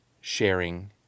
sharing